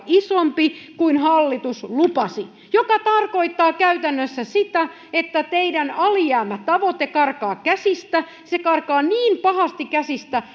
isompi kuin hallitus lupasi se tarkoittaa käytännössä sitä että teidän alijäämätavoitteenne karkaa käsistä se karkaa niin pahasti käsistä